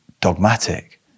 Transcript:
dogmatic